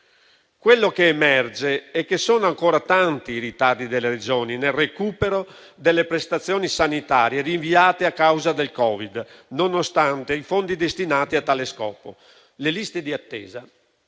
Quello che emerge è che sono ancora tanti i ritardi delle Regioni nel recupero delle prestazioni sanitarie rinviate a causa del Covid, nonostante i fondi destinati a tale scopo. Le liste di attesa